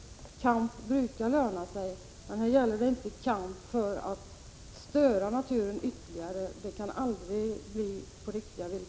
Kamp brukar löna sig, men här gäller det inte kamp för att störa naturen ytterligare. Det kan aldrig ge riktiga villkor.